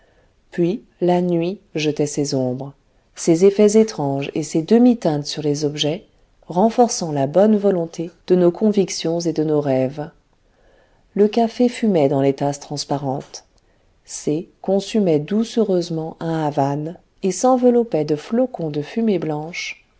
puis la nuit jetait ses ombres ses effets étranges et ses demi teintes sur les objets renforçant la bonne volonté de nos convictions et de nos rêves le café fumait dans les tasses transparentes c consumait doucereusement un havane et s'enveloppait de flocons de fumée blanche